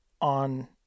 on